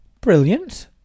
Brilliant